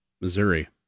Missouri